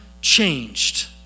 changed